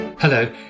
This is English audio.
Hello